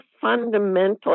fundamental